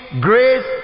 grace